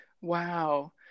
Wow